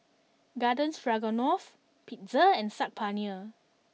Garden Stroganoff Pizza and Saag Paneer